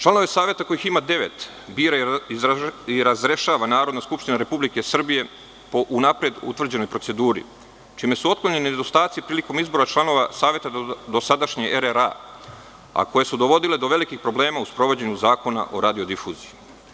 Članove saveta, kojih ima devet, bira i razrešava Narodna skupština Republike Srbije, po unapred utvrđenoj proceduri, čime su otklonjeni nedostaci prilikom izbora članova Saveta dosadašnje RRA, a koje su dovodile do velikih problema u sprovođenju Zakona o radiodifuziji.